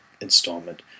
installment